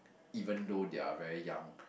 even though they are very young